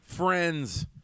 Friends